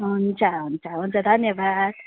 हुन्छ हुन्छ हुन्छ धन्यवाद